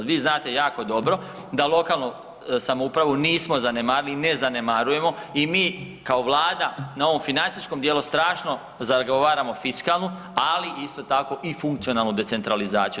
Vi znate jako dobro da lokalnu samoupravu nismo zanemarili i ne zanemarujemo i mi kao vlada na ovom financijskom dijelu strašno zagovaramo fiskalnu ali isto tako i funkcionalnu decentralizaciju.